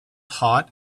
hot